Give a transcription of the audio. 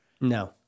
No